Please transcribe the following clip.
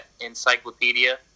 encyclopedia